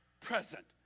present